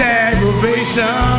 aggravation